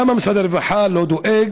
למה משרד הרווחה לא דואג